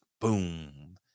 boom